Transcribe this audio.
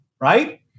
right